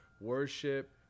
Worship